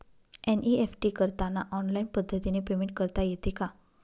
NEFT करताना online पद्धतीने payment करता येते का?